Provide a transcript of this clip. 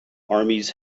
armies